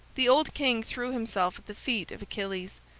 the old king threw himself at the feet of achilles,